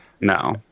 No